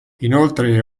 inoltre